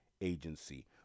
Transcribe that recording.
agency